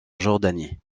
jordanie